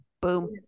boom